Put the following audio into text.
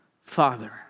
Father